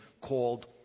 called